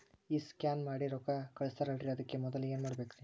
ಈ ಸ್ಕ್ಯಾನ್ ಮಾಡಿ ರೊಕ್ಕ ಕಳಸ್ತಾರಲ್ರಿ ಅದಕ್ಕೆ ಮೊದಲ ಏನ್ ಮಾಡ್ಬೇಕ್ರಿ?